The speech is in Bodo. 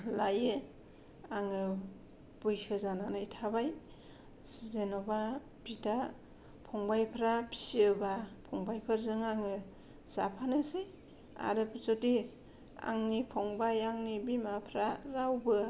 लायो आङो बैसो जानानै थाबाय जेनबा बिदा फंबायफोरा फिसियो बा फंबायफोरजों आङो जाफानोसै आरो जुदि आंनि फंबाय आंनि बिमाफोरा रावबो